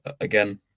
again